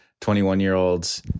21-year-olds